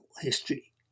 history